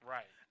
Right